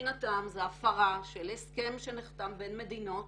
מבחינתם זה הפרה של הסכם שנחתם בין מדינות